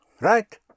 Right